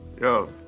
Yo